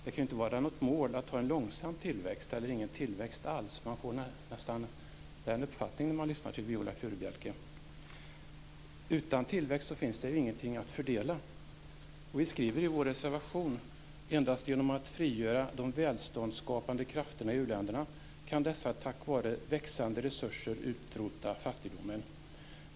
Det kan inte vara något mål att ha en långsam tillväxt eller ingen tillväxt alls. Man får nästan den uppfattningen när man lyssnar till Viola Furubjelke. Utan tillväxt finns det ju ingenting att fördela. Vi skriver i vår reservation: "Endast genom att frigöra de välståndsskapande krafterna i u-länderna kan dessa tack vare växande resurser utrota fattigdomen."